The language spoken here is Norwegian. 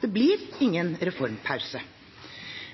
Det blir ingen reformpause.